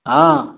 हाँ